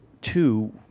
two